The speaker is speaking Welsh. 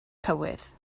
cywydd